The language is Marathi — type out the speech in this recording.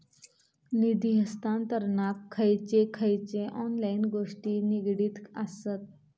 निधी हस्तांतरणाक खयचे खयचे ऑनलाइन गोष्टी निगडीत आसत?